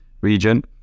region